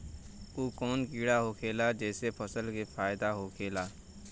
उ कौन कीड़ा होखेला जेसे फसल के फ़ायदा होखे ला?